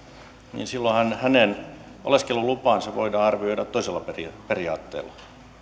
niin silloinhan hänen oleskelulupansa voidaan arvioida toisella periaatteella